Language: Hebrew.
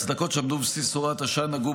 ההצדקות שעמדו בבסיס הוראת השעה נגעו